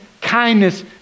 kindness